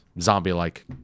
zombie-like